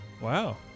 wow